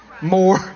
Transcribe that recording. more